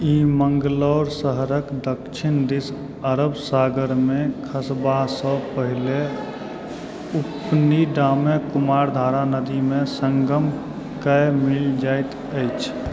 ई मङ्गलौर शहरक दक्षिण दिस अरब सागरमे खसबासँ पहिने उप्पिनिडामे कुमारधारा नदीमे सङ्गम कए मिलि जाइत अछि